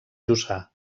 jussà